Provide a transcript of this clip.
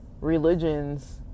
religions